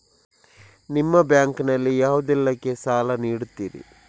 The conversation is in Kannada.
ನಿಮ್ಮ ಬ್ಯಾಂಕ್ ನಲ್ಲಿ ಯಾವುದೇಲ್ಲಕ್ಕೆ ಸಾಲ ನೀಡುತ್ತಿರಿ?